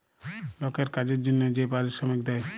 লকের কাজের জনহে যে পারিশ্রমিক দেয়